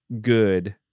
good